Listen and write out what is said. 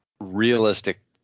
realistic